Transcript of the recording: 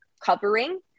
covering